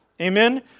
Amen